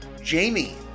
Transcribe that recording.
Jamie